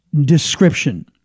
description